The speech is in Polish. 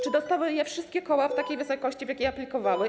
Czy dostały je wszystkie koła w takiej wysokości, w jakiej aplikowały?